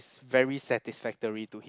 very satisfactory to hi~